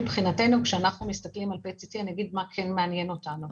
מבחינתנו כשאנחנו מסתכלים על PET CT אני אגיד מה כן מעניין אותנו.